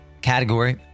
category